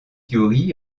youri